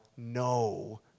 No